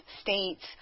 states